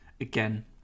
again